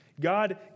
God